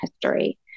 history